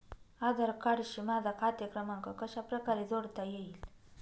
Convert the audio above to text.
आधार कार्डशी माझा खाते क्रमांक कशाप्रकारे जोडता येईल?